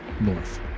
north